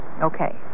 Okay